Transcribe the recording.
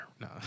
no